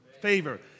Favor